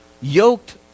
yoked